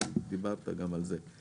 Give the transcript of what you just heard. כי דיברת גם על זה,